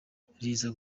riza